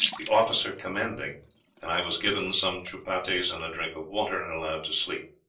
the officer commanding and i was given some chupattis and drink of water, and allowed to sleep.